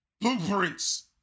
Blueprints